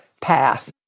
path